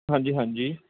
ਹਾਂਜੀ ਹਾਂਜੀ